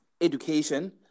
education